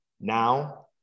Now